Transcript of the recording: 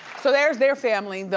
so there's their family.